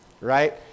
right